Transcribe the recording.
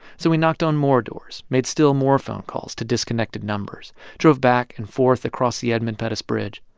so we knocked on more doors, made still more phone calls to disconnected numbers, drove back and forth across the edmund pettus bridge.